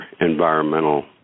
environmental